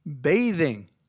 bathing